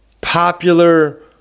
popular